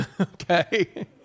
Okay